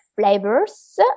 flavors